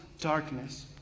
darkness